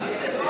הוא איש יקר.